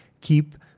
keep